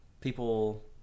People